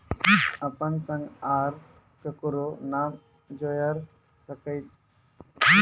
अपन संग आर ककरो नाम जोयर सकैत छी?